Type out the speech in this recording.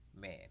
man